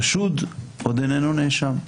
חשוד עוד איננו נאשם.